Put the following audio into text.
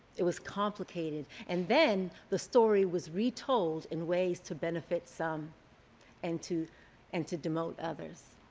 it was complicated and then the story was retold in ways to benefit some and to and to demote others.